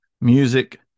music